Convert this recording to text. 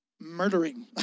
murdering